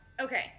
Okay